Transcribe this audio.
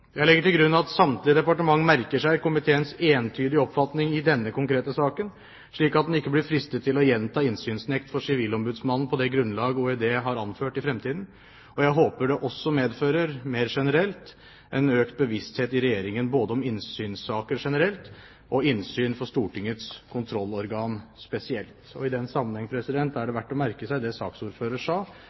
Jeg legger til grunn at samtlige departementer merker seg komiteens entydige oppfatning i denne konkrete saken, slik at man ikke blir fristet til å gjenta innsynsnekt for Sivilombudsmannen på det grunnlag hvor det er anført, i fremtiden. Jeg håper at det også medfører en økt bevissthet i Regjeringen når det gjelder innsynssaker generelt og innsyn for Stortingets kontrollorgan spesielt. I den sammenheng er det verdt å merke seg det saksordføreren sa,